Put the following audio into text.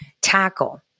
tackle